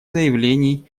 заявлений